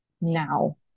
now